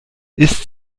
ist